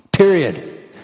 Period